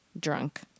drunk